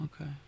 Okay